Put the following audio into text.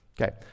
Okay